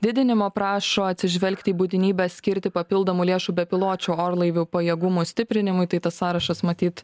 didinimo prašo atsižvelgti į būtinybę skirti papildomų lėšų bepiločių orlaivių pajėgumų stiprinimui tai tas sąrašas matyt